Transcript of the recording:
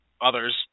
others